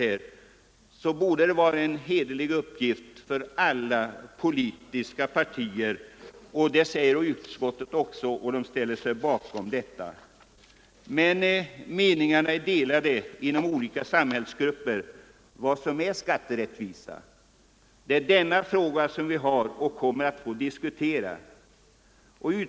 Utskottet tror också att alla politiska partier kan ställa sig bakom önskemålet att åstadkomma rättvisa på detta område. Men olika samhällsgrupper har olika meningar om vad som är skatterättvisa. Det är den frågan vi måste diskutera och lösa.